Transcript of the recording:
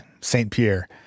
Saint-Pierre